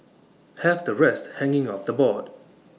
have the rest hanging off the board